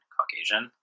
Caucasian